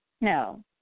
no